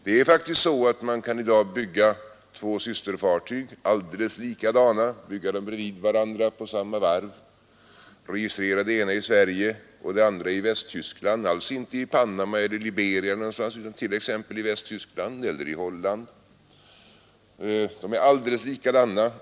Det är faktiskt så att man i dag kan bygga två alldeles likadana systerfartyg, bredvid varandra på samma varv, och registrera det ena i Sverige och det andra alls inte exempelvis i Panama eller Liberia utan i Västtyskland eller Holland och få helt olika villkor för dem.